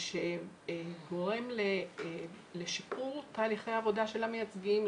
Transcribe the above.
שגורם לשיפור תהליכי העבודה של המייצגים,